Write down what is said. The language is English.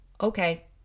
Okay